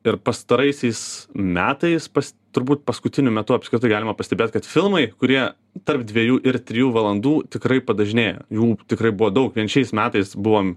ir pastaraisiais metais turbūt paskutiniu metu apskritai galima pastebėti kad filmai kurie tarp dviejų ir trijų valandų tikrai padažnėjo jų tikrai buvo daug vien šiais metais buvom